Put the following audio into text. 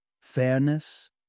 Fairness